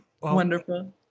wonderful